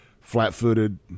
Flat-footed